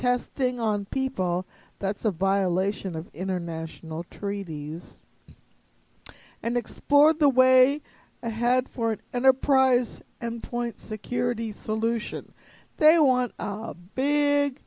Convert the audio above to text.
testing on people that's a violation of international treaties and explore the way ahead for an enterprise and point security solution they want big